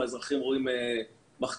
האזרחים רואים מחדלים,